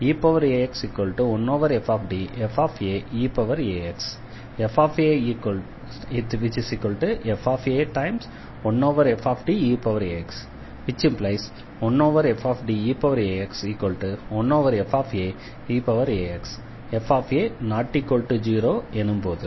eax1fDfaeax fa1fDeax ⟹1fDeax1faeaxfa≠0 எனும்போது